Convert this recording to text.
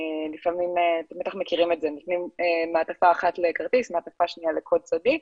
נותנים מעטפה אחת לכרטיס ומעטפה שנייה לקוד סודי,